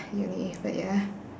uni but ya